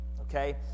okay